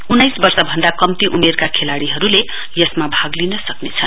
उन्नाइस वर्ष भन्दा कम्ती उमेरका खेलाड़ीहरूले यसमा भाग लिन सक्नेछन्